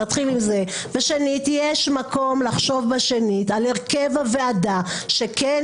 יש מקום לחשוב בשנית על הרכב הוועדה שכן